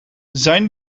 zijn